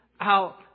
out